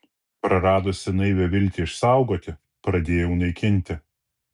praradusi naivią viltį išsaugoti pradėjau naikinti